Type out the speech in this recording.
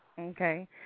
Okay